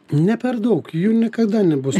ne per daug jų niekada nebus